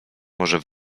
może